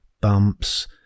bumps